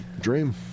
Dream